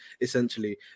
essentially